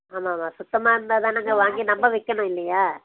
ஆமாம் ஆமாம் சுத்தமாக இருந்தால்தான் நாங்கள் வாங்கி நம்ம விற்கணும் இல்லையா